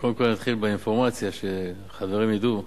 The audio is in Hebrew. קודם כול, אני אתחיל באינפורמציה, שחברים ידעו.